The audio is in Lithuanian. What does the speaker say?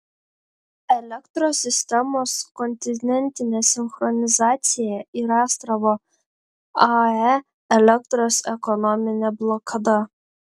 elektros sistemos kontinentinė sinchronizacija ir astravo ae elektros ekonominė blokada